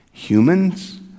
humans